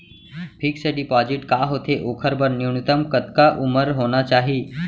Fix deposit का होथे ओखर बर न्यूनतम कतका उमर होना चाहि?